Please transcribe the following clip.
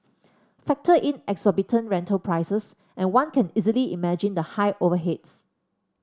factor in exorbitant rental prices and one can easily imagine the high overheads